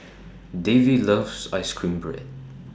Davy loves Ice Cream Bread